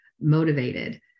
motivated